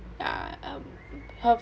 ya um her